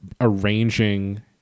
arranging